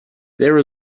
there